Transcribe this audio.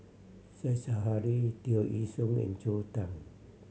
Said Zahari Tear Ee Soon and Joel Tan